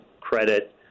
credit